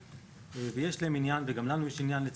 ויש להן ולנו עניין שהעלויות המיותרות